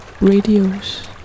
radios